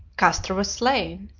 castor was slain,